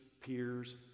peers